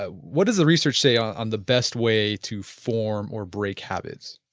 ah what does the research say on the best way to form or break habits?